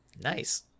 Nice